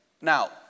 Now